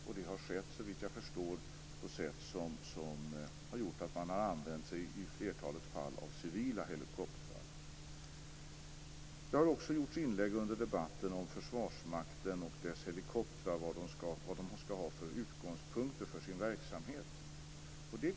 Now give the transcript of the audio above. Det har, såvitt jag förstår, skett på sätt som har gjort att man i flertalet fall har använt sig av civila helikoptrar. Det har också gjorts inlägg under debatten om vad Försvarsmakten och dess helikoptrar skall ha för utgångspunkter för sin verksamhet.